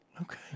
Okay